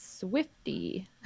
swifty